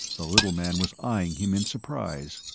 the little man was eying him in surprise.